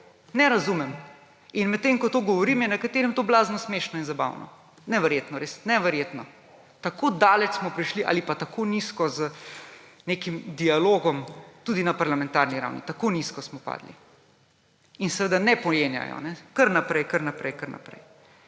ne razumem. Medtem ko to govorim, je nekaterim to blazno smešno in zabavno. Neverjetno. Res, neverjetno. Tako daleč smo prišli ali tako nizko z nekim dialogom tudi na parlamentarni ravni; tako nizko smo padli. In seveda ne pojenjajo kar naprej, kar naprej.